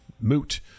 moot